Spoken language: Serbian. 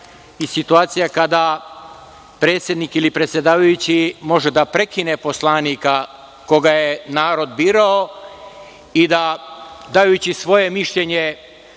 i situacija kada predsednik ili predsedavajući može da prekine poslanika koga je narod birao i da dajući svoje mišljenje